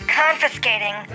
confiscating